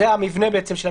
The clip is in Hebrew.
- במקום עשרה